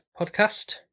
podcast